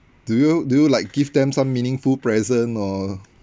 do you do you like give them some meaningful present or